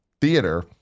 theater